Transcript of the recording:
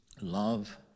love